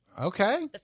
Okay